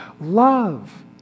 Love